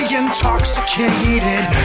intoxicated